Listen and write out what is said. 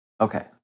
Okay